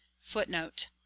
Footnote